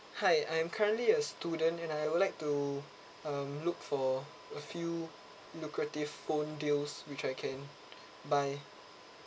hi I'm currently a student and I would like to um look for a few lucrative phone deals which I can buy